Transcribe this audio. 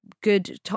good